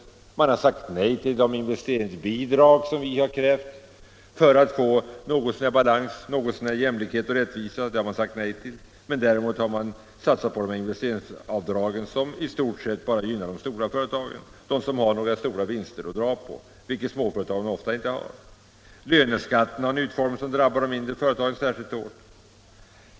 Regeringen har sagt nej till de investeringsbidrag som vi krävt för att få något så när balans, jämlikhet och rättvisa, men däremot har den satsat på investeringsavdragen, som i stort sett bara gynnar de stora företagen — de som har några stora vinster att göra avdrag på, vilket småföretagen ofta inte har. Löneskatten har en utformning som drabbar de mindre företagen särskilt hårt.